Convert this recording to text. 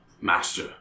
master